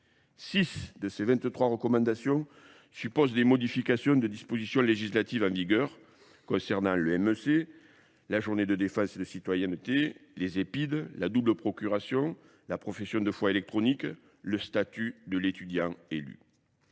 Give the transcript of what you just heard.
Six de ces 23 recommandations supposent des modifications de dispositions législatives en vigueur concernant le MEC, la journée de défense et de citoyenneté, les EPID, la double procuration, la profession de foi électronique, le statut de l'étudiant élu.